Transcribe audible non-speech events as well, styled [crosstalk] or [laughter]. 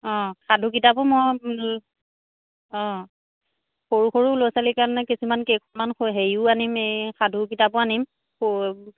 অঁ সাধু কিতাপো মই অঁ সৰু সৰু ল'ৰা ছোৱালীৰ কাৰণে কিছুমান কিছুমান হেৰিও আনিম এই সাধু কিতাপো আনিম [unintelligible]